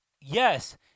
Yes